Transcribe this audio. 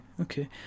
Okay